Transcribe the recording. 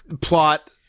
plot